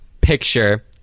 picture